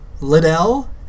Liddell